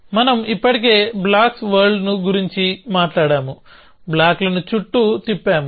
మనం ఇప్పటికే blocks world గురించి మాట్లాడాము బ్లాక్లను చుట్టూ తిప్పాము